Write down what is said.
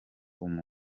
umuntu